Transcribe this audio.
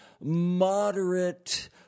moderate